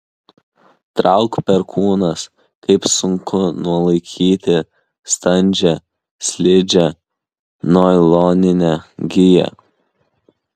trauk perkūnas kaip sunku nulaikyti standžią slidžią nailoninę giją